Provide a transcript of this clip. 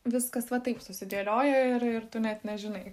viskas va taip susidėliojo ir ir tu net nežinai